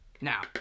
Now